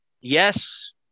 yes